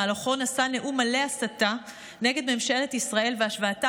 שבמהלכו נשא נאום מלא הסתה נגד ממשלת ישראל והשווה אותה